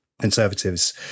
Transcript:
conservatives